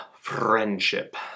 friendship